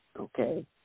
Okay